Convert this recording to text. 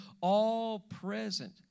all-present